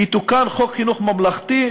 "יתוקן חוק חינוך ממלכתי,